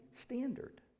standard